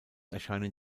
erscheinen